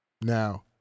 Now